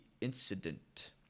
incident